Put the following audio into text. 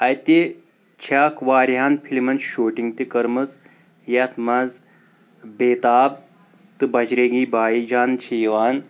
اَتہِ چھکھ واریاہَن فلمَن شوٗٹِنگ تہِ کٔرمٕژ یَتھ منٛز بیتاب تہٕ بجرنگی بایی جان چھِ یِوان